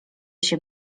się